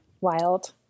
wild